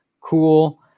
Cool